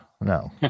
No